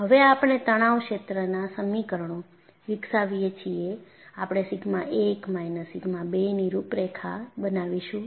હવે આપણે તણાવ ક્ષેત્રના સમીકરણો વિકસાવીએ છીએ આપણે સિગ્મા 1 માઇનસ સિગ્મા 2 ની રૂપરેખા બનાવીશું